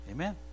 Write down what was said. Amen